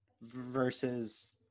versus